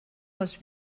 les